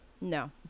No